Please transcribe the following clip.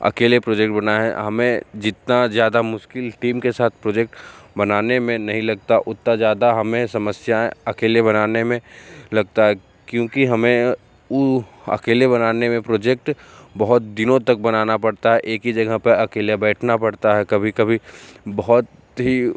अकेले प्रोजेक्ट बनाए हैं हमें जितना ज़्यादा मुश्किल टीम के साथ प्रोजेक्ट बनाने में नहीं लगता उतना ज़्यादा हमें समस्याएँ अकेले बनाने में लगता है क्योंकि हमें ऊ अकेले बनाने में प्रोजेक्ट बहुत दिनों तक बनाना पड़ता है एक ही जगह पे अकेले बैठना पड़ता है कभी कभी बहुत ही